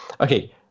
okay